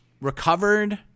recovered